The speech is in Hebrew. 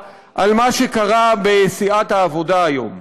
אני שמעתי מאוד מאוד בצער על מה שקרה בסיעת העבודה היום,